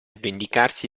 vendicarsi